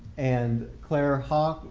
and clare haugh,